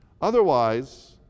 Otherwise